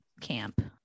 camp